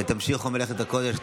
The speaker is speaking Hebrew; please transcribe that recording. תמשיכו במלאכת הקודש.